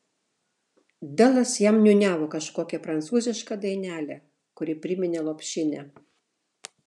delas jam niūniavo kažkokią prancūzišką dainelę kuri priminė lopšinę